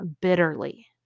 bitterly